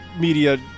media